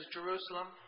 Jerusalem